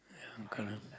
ya I'm colour